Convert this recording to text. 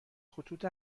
خطوط